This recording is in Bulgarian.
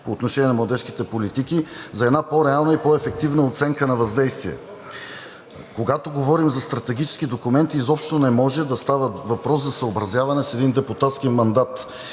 по отношение на младежките политики, за една по-реална и по-ефективна оценка на въздействие. Когато говорим за стратегически документи, изобщо не може да става въпрос за съобразяване с един депутатски мандат.